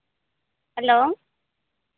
hello